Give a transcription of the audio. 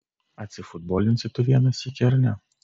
atsifutbolinsi tu vieną sykį ar ne